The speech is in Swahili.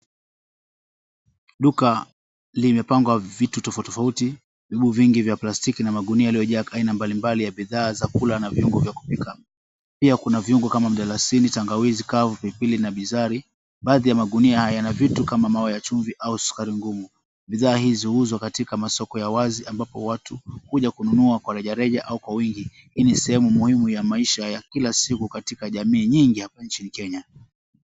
Duka limepangwa vitu tofauti tofauti, mbo vingi vya plastiki na magunia yaliyojaa aina mbalimbali ya bidhaa za kula na viungo vya kupika. Pia kuna viungo kama mdalasini, tangawizi kavu, pilipili na bizari. Baadhi ya magunia haya yana vitu kama mawe ya chumvi au sukari ngumu. Bidhaa hizi huuzwa katika masoko ya wazi ambapo watu huja kununua kwa reja reja au kwa wingi. Hii ni sehemu muhimu ya maisha ya kila siku katika jamii nyingi hapa nchini Kenya.